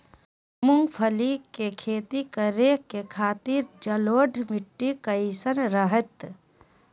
मूंगफली के खेती करें के खातिर जलोढ़ मिट्टी कईसन रहतय?